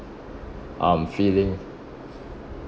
I'm feeling